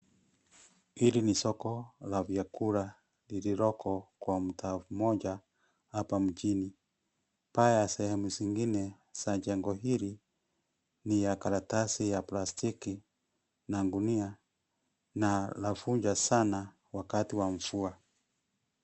Hili ni soko la vyakula liliko kwa mtaa mmoja hapa mjini, paa ya sehemu zingine za jengo hili ni ya karatasi ya plastiki na gunia na lavuja sana wakati wa mvua.